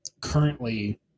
currently